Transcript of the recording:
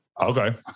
okay